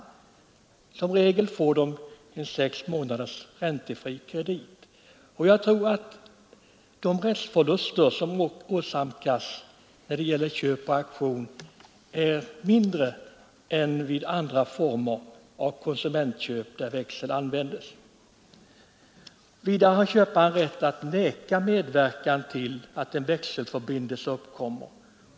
Vanligtvis får köparen sex månaders räntefri kredit, och jag tror att de rättsförluster som åsamkas vid köp på auktion är mindre än vid andra former av konsumentköp där växel används. Vidare har köparen rätt att vägra medverkan till att en växelförbindelse uppkommer.